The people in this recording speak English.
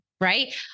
Right